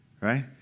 Right